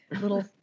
little